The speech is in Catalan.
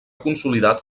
consolidat